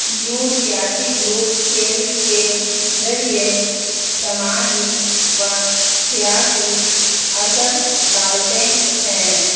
یوں سیاسی گروپ کھیل کے ذریعے سماجی و سیاسی اثر ڈالتے ہیں